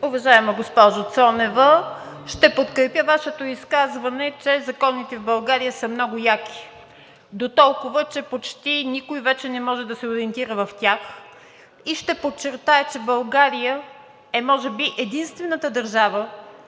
Уважаема госпожо Цонева, ще подкрепя Вашето изказване, че законите в България са много яки дотолкова, че почти никой вече не може да се ориентира в тях. Ще подчертая, че България е може би единствената държава,